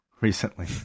recently